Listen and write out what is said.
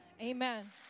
Amen